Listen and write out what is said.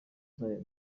zayo